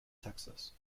texas